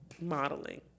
modeling